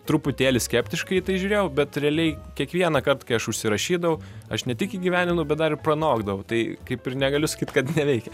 truputėlį skeptiškai į tai žiūrėjau bet realiai kiekvienąkart kai aš užsirašydavau aš ne tik įgyvendindavau bet dar ir pranokdavau tai kaip ir negaliu sakyt kad neveikia